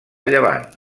llevant